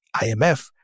IMF